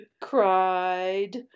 Cried